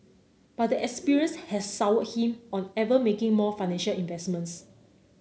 but the experience has soured him on ever making more financial investments